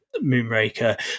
Moonraker